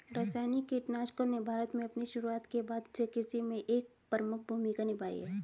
रासायनिक कीटनाशकों ने भारत में अपनी शुरुआत के बाद से कृषि में एक प्रमुख भूमिका निभाई है